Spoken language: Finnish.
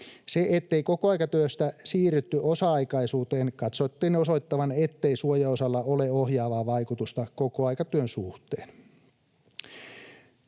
Sen, ettei kokoaikatyöstä siirrytty osa-aikaisuuteen, katsottiin osoittavan, ettei suojaosalla ole ohjaavaa vaikutusta kokoaikatyön suhteen.